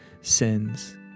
sins